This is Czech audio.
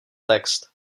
text